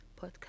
podcast